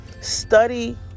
Study